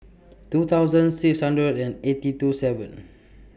two thousand six hundred and eighty two seven